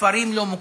"כפרים לא מוכרים",